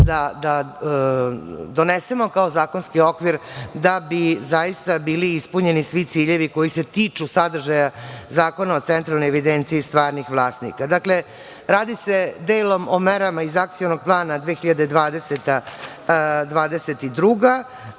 da donesemo kao zakonski okvir da bi zaista bili ispunjeni svi ciljevi koji se tiču sadržaja Zakona o centralnoj evidenciji stvarnih vlasnika. Dakle, radi se delom o merama iz Akcionog plana „2020–2022“,